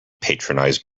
patronize